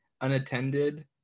unattended